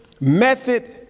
method